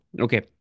okay